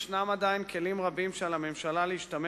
יש עדיין כלים רבים שעל הממשלה להשתמש